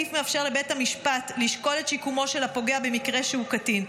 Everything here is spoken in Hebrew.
הסעיף מאפשר לבית המשפט לשקול את שיקומו של הפוגע במקרה שהוא קטין,